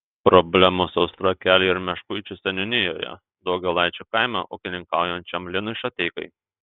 problemų sausra kelia ir meškuičių seniūnijoje daugėlaičių kaime ūkininkaujančiam linui šateikai